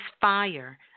fire